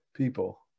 people